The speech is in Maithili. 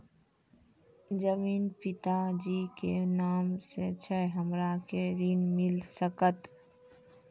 जमीन पिता जी के नाम से छै हमरा के ऋण मिल सकत?